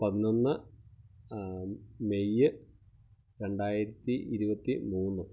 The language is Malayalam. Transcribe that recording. പതിനൊന്ന് മെയ്യ് രണ്ടായിരത്തി ഇരുപത്തി മൂന്ന്